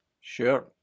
Sure